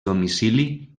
domicili